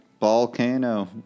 Volcano